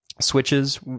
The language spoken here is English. switches